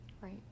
right